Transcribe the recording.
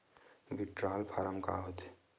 Withdrawal form का होथे?